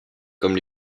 comme